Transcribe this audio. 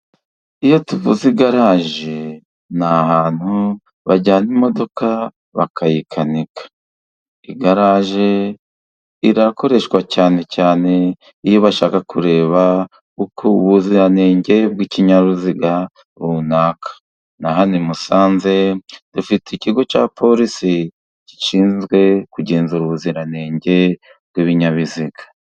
Iyo tuvuze igaraje, ni ahantu bajyana imodoka bakayikanika. Igaraje irakoreshwa cyane cyane iyo bashaka kureba uko ubuziranenge bw'ikinyabiziga runaka. Na hano i Musanze, dufite ikigo cya porisi gishinzwe kugenzura ubuziranenge bw'ibinyabiziga.